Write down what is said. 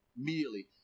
immediately